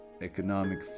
economic